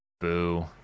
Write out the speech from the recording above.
Boo